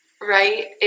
right